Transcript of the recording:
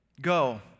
Go